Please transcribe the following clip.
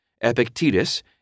Epictetus